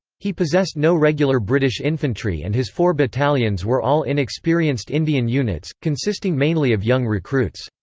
he possessed no regular british infantry and his four battalions were all inexperienced indian units, consisting mainly of young recruits.